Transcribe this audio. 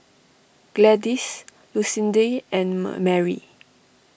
Gladys Lucindy and Mary